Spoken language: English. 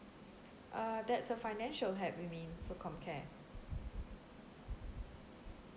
ah that's a financial help you mean for comcare